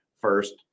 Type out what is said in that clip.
first